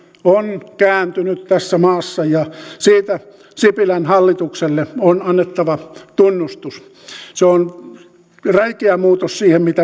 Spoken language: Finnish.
on kääntynyt tässä maassa ja siitä sipilän hallitukselle on annettava tunnustus se on räikeä muutos siihen mitä